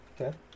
Okay